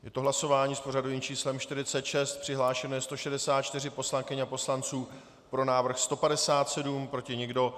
Je to hlasování s pořadovým číslem 46, přihlášeno je 164 poslankyň a poslanců, pro návrh 157, proti nikdo.